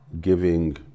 giving